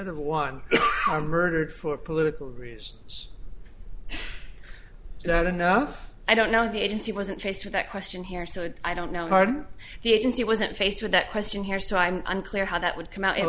other one heard it for political reasons that enough i don't know the agency wasn't faced with that question here so i don't know hard the agency wasn't faced with that question here so i'm unclear how that would come out